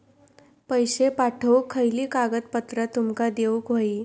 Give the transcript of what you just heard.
पैशे पाठवुक खयली कागदपत्रा तुमका देऊक व्हयी?